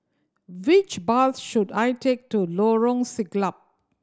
which bus should I take to Lorong Siglap